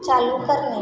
चालू करणे